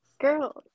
girls